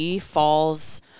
falls